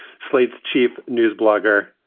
slate's chief news blogger,